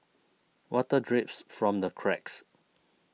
water drips from the cracks